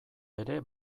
ere